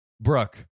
Brooke